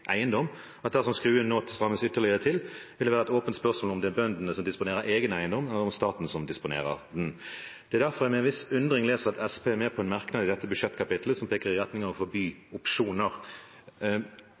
eiendom at dersom skruen nå strammes ytterligere til, vil det være et åpent spørsmål om det er bøndene som disponerer egen eiendom, eller om det er staten som disponerer den. Det er derfor med en viss undring jeg leser at Senterpartiet er med på en merknad i dette budsjettkapittelet som peker i retning av å